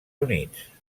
units